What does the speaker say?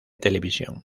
televisión